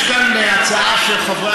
יש כאן הצעה של חבריי,